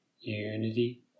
unity